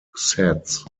sets